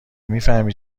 میفهمی